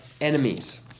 enemies